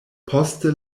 poste